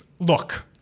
Look